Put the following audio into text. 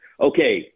Okay